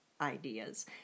ideas